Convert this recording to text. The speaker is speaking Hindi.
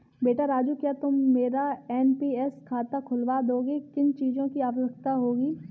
बेटा राजू क्या तुम मेरा एन.पी.एस खाता खुलवा दोगे, किन चीजों की आवश्यकता होगी?